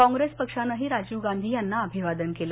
कॉप्रेस पक्षानंही राजीव गांधी यांना अभिवादन केलं